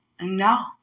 No